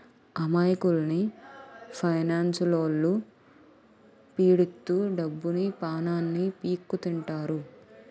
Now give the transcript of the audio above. అమాయకుల్ని ఫైనాన్స్లొల్లు పీడిత్తు డబ్బుని, పానాన్ని పీక్కుతింటారు